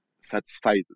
satisfied